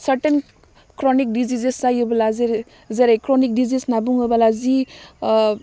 certain chronic diseases जायोब्ला जेरै chronic disease होन्नानै बुङोब्ला जि ओह